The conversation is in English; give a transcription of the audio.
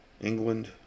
England